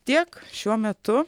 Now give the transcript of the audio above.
tiek šiuo metu